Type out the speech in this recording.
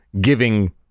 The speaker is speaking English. giving